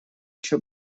еще